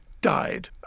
died